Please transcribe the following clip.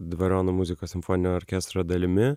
dvariono muzikos simfoninio orkestro dalimi